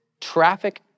traffic